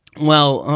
well,